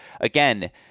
again